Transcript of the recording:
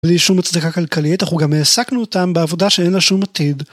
בלי שום הצדקה כלכלית, אנחנו גם העסקנו אותם בעבודה שאין לה שום עתיד.